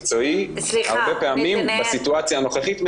הדעת המקצועי הרבה פעמים בסיטואציה הנוכחית,